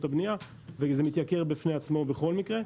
הבנייה וזה מתייקר בפני עצמו בכל מקרה.